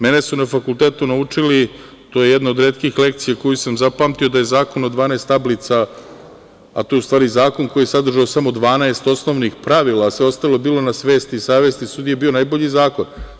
Mene su na fakultetu naučili, to je jedna od retkih lekcija koju sam zapamtio, da je zakon od 12 tablica, a to je u stvari zakon koji sadrži samo 12 osnovnih pravila, sve ostalo je bilo na svesti i savesti, sudija je bio najbolji zakon.